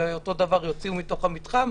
ואותו דבר יוציאו מהמתחם,